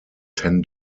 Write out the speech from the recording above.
ten